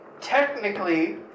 technically